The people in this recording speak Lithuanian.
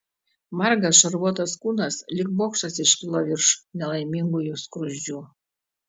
margas šarvuotas kūnas lyg bokštas iškilo virš nelaimingųjų skruzdžių